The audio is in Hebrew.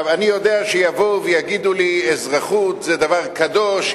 אני יודע שיבואו ויגידו לי: אזרחות זה דבר קדוש,